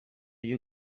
you